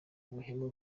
ubuhemu